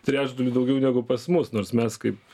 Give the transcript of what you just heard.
trečdaliu daugiau negu pas mus nors mes kaip